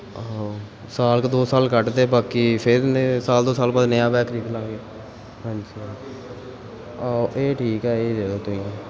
ਆਹੋ ਸਾਲ ਕੁ ਦੋ ਸਾਲ ਕੱਢ ਦੇ ਬਾਕੀ ਫਿਰ ਸਾਲ ਦੋ ਸਾਲ ਬਾਅਦ ਨਿਆ ਬੈਗ ਖਰੀਦ ਲਾਂਗੇ ਹਾਂਜੀ ਹਾਂਜੀ ਆਹ ਇਹ ਠੀਕ ਹੈ ਇਹ ਦੇ ਦਿਓ ਤੁਸੀਂ